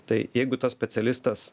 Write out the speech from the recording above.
tai jeigu tas specialistas